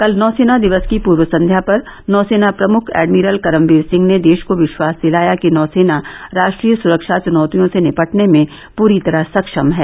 कल नौसेना दिवस की पूर्व संध्या पर नौसेना प्रमुख एडमिरल करमबीर सिंह ने देश को विश्वास दिलाया कि नोसेना राष्ट्रीय सुरक्षा चुनौतियों से निपटने में पूरी तरह सक्षम है